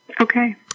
Okay